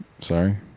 Sorry